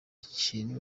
kintu